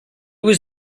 was